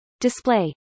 Display